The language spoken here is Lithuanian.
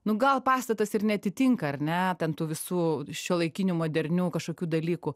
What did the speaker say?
nu gal pastatas ir neatitinka ar ne ten tų visų šiuolaikinių modernių kažkokių dalykų